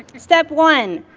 step one,